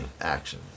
action